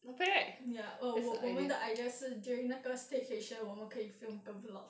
ya oh 我们的 idea 是 during 那个 staycation 我们可以 film 跟 vlog